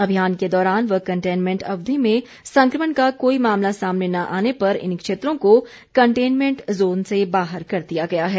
अभियान के दौरान व कंटेनमेंट अवधि में संक्रमण का कोई मामला सामने न आने पर इन क्षेत्रों को कंटेनमेंट जोन से बाहर कर दिया गया है